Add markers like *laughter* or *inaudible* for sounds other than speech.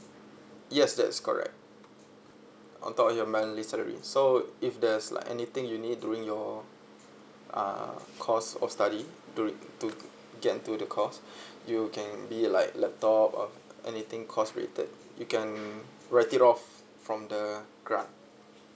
yes that's correct on top of your monthly salary so if there's like anything you need during your uh course or study to to get into the course *breath* you can be like laptop or anything course related you can write it off from the grant